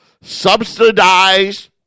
Subsidized